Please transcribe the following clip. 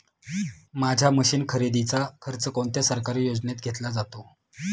माझ्या मशीन खरेदीचा खर्च कोणत्या सरकारी योजनेत घेतला जातो?